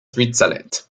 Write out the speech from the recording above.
switzerland